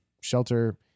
shelter